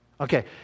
Okay